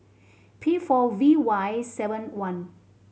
P four V Y seven one